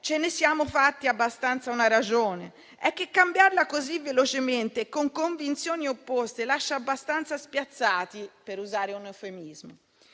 ce ne siamo fatti abbastanza una ragione. È che cambiarla così velocemente, con convinzioni opposte, lascia abbastanza spiazzati, per usare un eufemismo.